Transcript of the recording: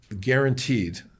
guaranteed